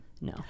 No